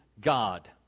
God